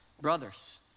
Brothers